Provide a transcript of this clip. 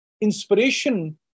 inspiration